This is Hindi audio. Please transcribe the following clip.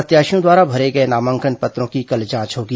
प्रत्याशियों द्वारा भरे गए नामांकन पत्रों की कल जांच होगी